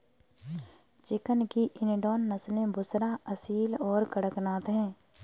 chicken की Indian नस्लें बुसरा, असील और कड़कनाथ हैं